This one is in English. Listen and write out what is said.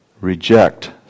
reject